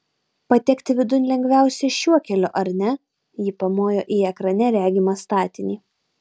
patekti vidun lengviausia šiuo keliu ar ne ji pamojo į ekrane regimą statinį